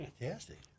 Fantastic